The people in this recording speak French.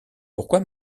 pourquoi